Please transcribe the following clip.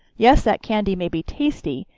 yes, that candy may be tasty,